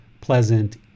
pleasant